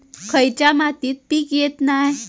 खयच्या मातीत पीक येत नाय?